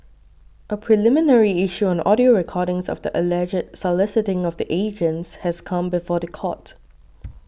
a preliminary issue on audio recordings of the alleged soliciting of the agents has come before the court